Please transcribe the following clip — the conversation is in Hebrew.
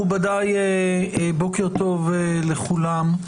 מכובדיי, בוקר טוב לכולם,